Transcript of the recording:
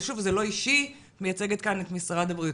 ושוב, זה לא אישי, את מייצגת כאן את משרד הבריאות.